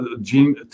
gene